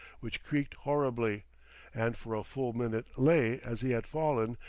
which creaked horribly and for a full minute lay as he had fallen,